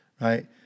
Right